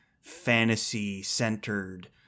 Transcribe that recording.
fantasy-centered